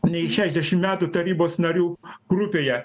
nei šešdešim metų tarybos narių grupėje